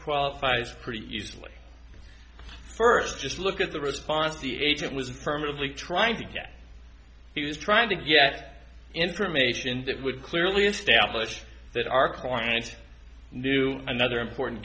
qualifies pretty easily first just look at the response the agent was affirmatively trying to get he was trying to get information that would clearly establish that our client knew another important